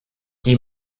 die